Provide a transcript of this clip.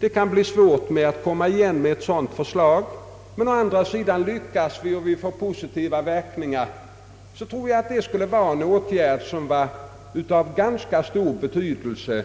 Det kan bli svårt att komma igen med ett sådant förslag, men om vi lyckas och förslaget visar sig ha positiva verkningar, tror jag att åtgärden är av ganska stor betydelse när det gäller